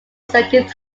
second